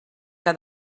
que